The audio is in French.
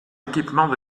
équipement